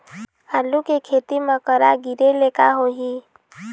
आलू के खेती म करा गिरेले का होही?